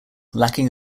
lacking